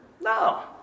No